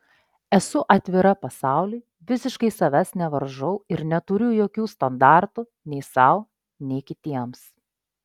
esu atvira pasauliui visiškai savęs nevaržau ir neturiu jokių standartų nei sau nei kitiems